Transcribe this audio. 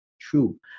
true